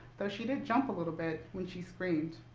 though she did jump a little bit when she screamed.